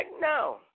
no